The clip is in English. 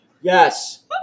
Yes